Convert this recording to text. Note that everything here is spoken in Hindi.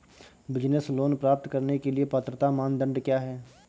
बिज़नेस लोंन प्राप्त करने के लिए पात्रता मानदंड क्या हैं?